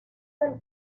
del